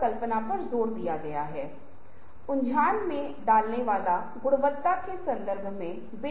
तो मस्तिष्क लेखन वह जगह है जहां गुमनाम रूप से आप विचारों की एक श्रृंखला लिखते हैं और इसे एक बॉक्स में छोड़ देते हैं